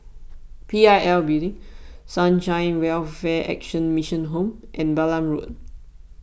P I L Building Sunshine Welfare Action Mission Home and Balam Road